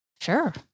Sure